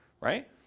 right